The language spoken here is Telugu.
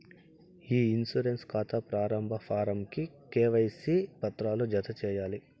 ఇ ఇన్సూరెన్స్ కాతా ప్రారంబ ఫారమ్ కి కేవైసీ పత్రాలు జత చేయాలి